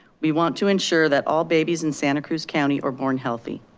we want to ensure that all babies in santa cruz county are born healthy.